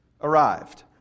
arrived